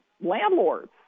landlords